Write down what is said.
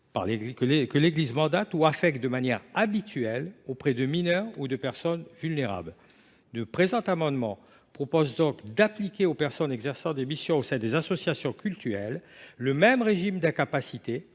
que l’Église mandate ou affecte de manière habituelle auprès de mineurs ou de personnes vulnérables. Cet amendement vise donc à appliquer aux personnes exerçant des missions au sein des associations cultuelles le régime d’incapacité